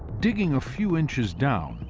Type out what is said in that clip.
digging a few inches down,